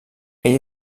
ell